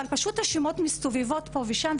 אבל פשוט השמות מסתובבות פה ושם,